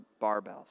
barbells